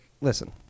listen